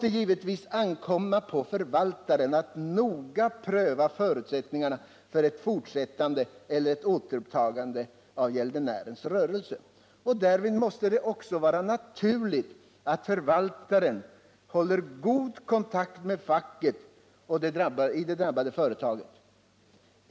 Det måste ankomma på förvaltaren att noga pröva förutsättningarna för ett fortsättande eller ett återupptagande av gäldenärens rörelse. Därvid måste det också vara naturligt att förvaltaren håller god kontakt med facket vid det drabbade företaget.